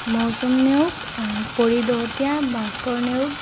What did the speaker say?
মৌচুম নেওগ পৰি দহোতীয়া ভাস্কৰ নেওগ